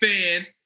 fan